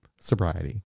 Sobriety